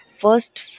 first